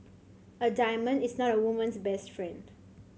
a diamond is not a woman's best friend